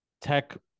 Tech